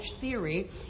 theory